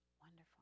wonderful